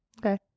Okay